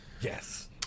Yes